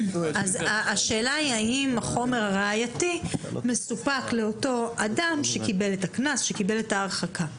השאלה היא האם החומר הראייתי מסופק לאותו אדם שקיבל את הקנס ואת ההרחקה?